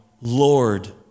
Lord